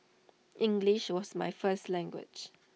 English was my first language